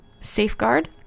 Safeguard